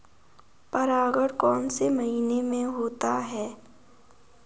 परागण कौन से महीने में होता है?